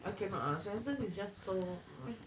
I cannot ah swensen is just so meh